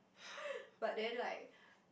but then like